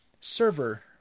server